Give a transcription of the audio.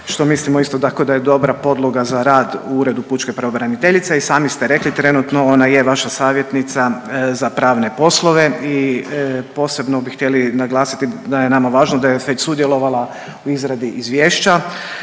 što mislimo isto tako da je dobra podloga za rad u Uredu pučke pravobraniteljice. I sami ste rekli trenutno ona je vaša savjetnica za pravne poslove i posebno bi htjeli naglasiti da je nama važno da je već sudjelovala u izradi izvješća